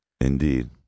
Indeed